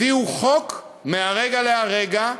הביאו חוק מרגע לרגע,